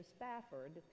Spafford